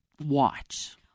watch